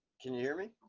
can you hear me?